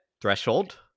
threshold